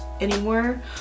anymore